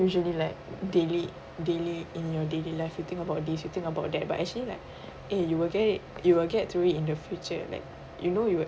usually like daily daily in your daily life you think about this you think about that but actually like eh you will get it you will get through it in the future like you know you